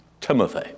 Timothy